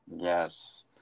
Yes